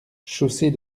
chaussée